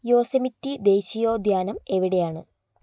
Yosemite ദേശീയോദ്യാനം എവിടെയാണ്